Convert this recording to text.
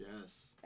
Yes